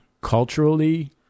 culturally